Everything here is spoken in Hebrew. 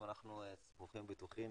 אבל אנחנו סמוכים ובטוחים